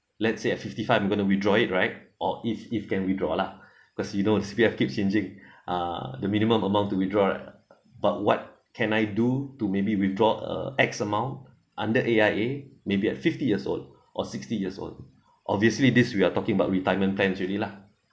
let's say at fifty five I'm going to withdraw it right or if if can withdraw lah cause you know C_P_F keeps changing uh the minimum amount to withdraw right but what can I do to maybe withdraw a x amount under A_I_A maybe at fifty years old or sixty years old obviously this we are talking about retirement plan already lah